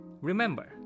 Remember